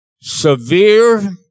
Severe